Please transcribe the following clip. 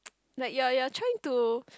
like you are you are trying to